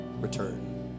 return